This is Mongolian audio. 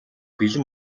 бэлэн